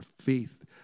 faith